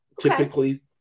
typically